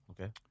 okay